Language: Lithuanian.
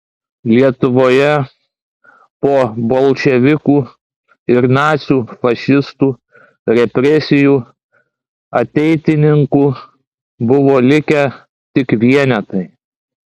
lietuvoje po bolševikų ir nacių fašistų represijų ateitininkų buvo likę tik vienetai